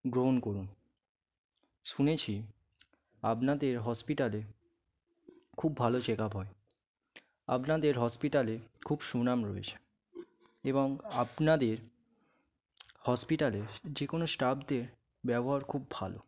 গ্রহণ করুন শুনেছি আপনাদের হসপিটালে খুব ভালো চেক আপ হয় আপনাদের হসপিটালে খুব সুনাম রয়েছে এবং আপনাদের হসপিটালের যে কোনো স্টাফদের ব্যবহার খুব ভালো